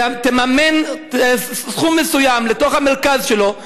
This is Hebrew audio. תקצה סכום מסוים למרכז שלו,